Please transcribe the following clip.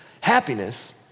Happiness